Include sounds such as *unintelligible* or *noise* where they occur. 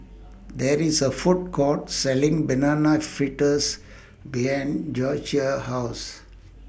There IS A Food Court Selling Banana Fritters behind *unintelligible* House